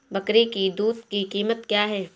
बकरी की दूध की कीमत क्या है?